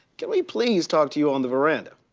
can we please talk to you on the veranda?